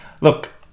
look